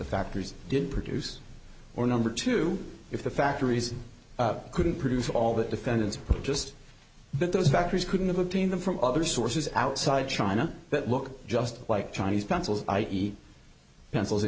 factories didn't produce or number two if the factories couldn't produce all the defendants just that those factories couldn't obtain them from other sources outside china that look just like chinese pencils i e pencils in